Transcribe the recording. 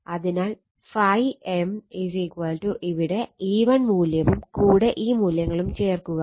അതിനാൽ ∅m ഇവിടെ E1 മൂല്യവും കൂടെ ഈ മൂല്യങ്ങളും ചേർക്കുക